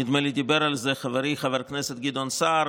נדמה לי שדיבר על זה חברי חבר הכנסת גדעון סער,